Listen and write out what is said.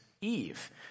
Eve